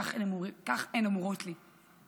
כך הן אומרות לי.